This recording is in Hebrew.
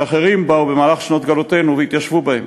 שאחרים באו במהלך שנות גלותנו והתיישבו בה.